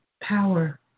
Power